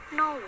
no